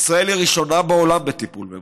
ישראל היא הראשונה בעולם בטיפול במים,